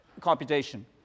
computation